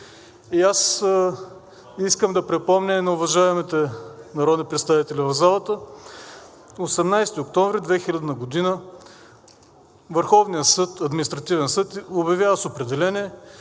Искам да припомня на уважаемите народни представители в залата 18 октомври 2000 г. Върховният административен съд обявява с определение